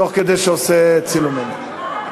תוך כדי שעושה צילומים.